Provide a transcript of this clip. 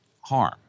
harm